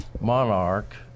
Monarch